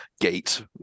gate